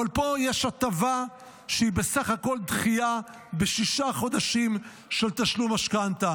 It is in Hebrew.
אבל פה יש הטבה שהיא בסך הכול דחייה בשישה חודשים של תשלום משכנתה.